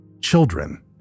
Children